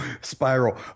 spiral